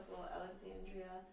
Alexandria